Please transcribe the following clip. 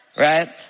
right